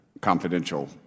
confidential